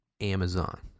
Amazon